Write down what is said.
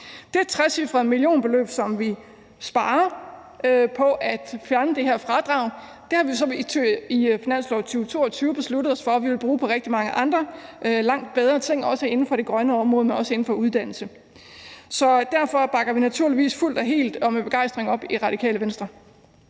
Det trecifrede millionbeløb, som vi sparer på at fjerne det her fradrag, har vi jo så i finansloven for 2022 besluttet os for at vi vil bruge på andre langt bedre ting inden for det grønne område og også inden for uddannelse. Derfor bakker vi naturligvis fuldt og helt og med begejstring op om forslaget i Radikale Venstre.